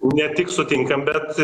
ne tik sutinkam bet